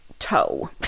toe